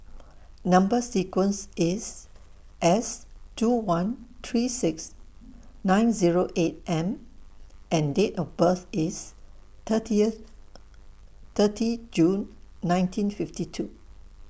Number sequence IS S two one three six nine Zero eight M and Date of birth IS thirtieth thirty June nineteen fifty two